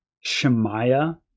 Shemaiah